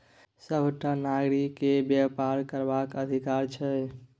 सभटा नारीकेँ बेपार करबाक अधिकार छै